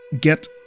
Get